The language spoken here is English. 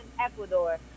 Ecuador